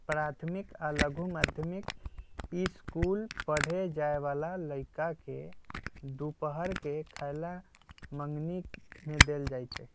प्राथमिक आ लघु माध्यमिक ईसकुल पढ़े जाय बला लइरका के दूपहर के खयला मंग्नी में देल जाइ छै